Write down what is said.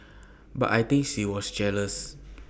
but I think she was jealous